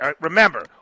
Remember